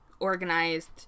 organized